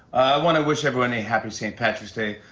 want to wish everyone a happy st. patrick's day.